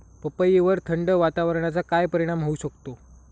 पपईवर थंड वातावरणाचा काय परिणाम होऊ शकतो?